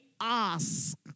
ask